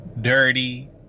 dirty